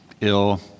ill